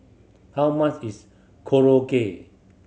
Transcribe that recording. how much is Korokke